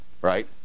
right